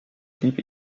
blieb